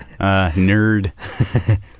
nerd